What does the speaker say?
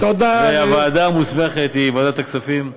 והוועדה המוסמכת היא ועדת הכספים,